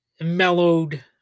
mellowed